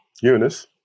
Eunice